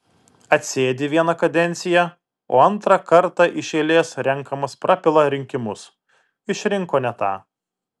atsėdi vieną kadenciją o antrą kartą iš eilės renkamas prapila rinkimus išrinko ne tą